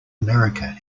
america